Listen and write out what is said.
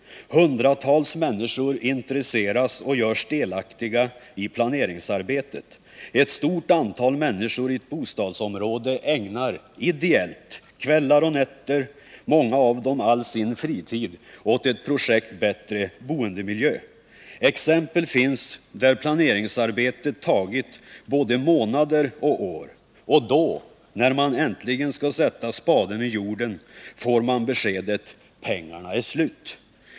Hundratals människor intresseras och görs delaktiga i planeringsarbetet. Ett stort antal människor i ett bostadsområde ägnar ideellt kvällar och nätter, många av dem all sin fritid, åt ett projekt Bättre boendemiljö. Exempel finns där planeringsarbetet tagit både månader och år. Och då, när man äntligen skall sätta spaden i jorden, får man beskedet: Pengarna är slut.